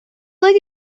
like